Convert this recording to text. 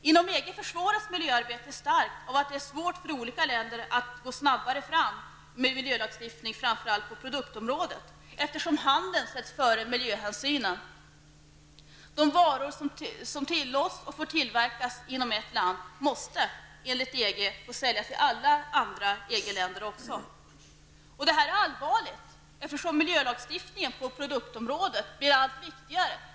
Inom EG försvåras miljöarbetet starkt av att det är svårt för olika länder att gå snabbare fram med miljölagstiftningen framför allt på produktområdet, eftersom handel sätts före miljöhänsyn. De varor som tillåts och får tillverkas inom ett land måste, enligt EG, få säljas även i alla andra EG-länder. Detta är allvarligt, eftersom miljölagstiftningen på produktområdet blir allt viktigare.